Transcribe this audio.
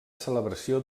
celebració